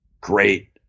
great